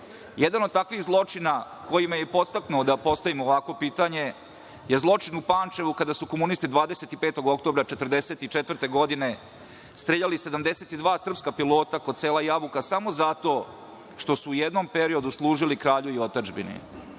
od takvih zločina, koji me je podstaknuo da postavim ovakvo pitanje, je zločin u Pančevu kada su komunisti 25. oktobra 1944. godine streljali 72 srpska pilota kod sela Jabuka samo zato što su u jednom periodu služili kralju i otadžbini.